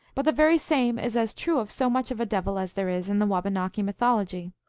but the very same is as true of so much of a devil as there is in the wabanaki mythology.